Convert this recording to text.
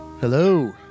Hello